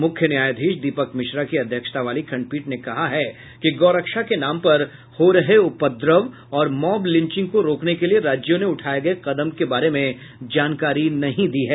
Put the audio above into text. मुख्य न्यायाधीश दीपक मिश्रा की अध्यक्षता वाली खंडपीठ ने कहा है कि गौरक्षा के नाम पर हो रहे उपद्रव और मॉब लिंचिंग को रोकने के लिए राज्यों ने उठाये गये कदम के बारे में जानकारी नहीं दी है